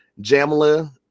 Jamila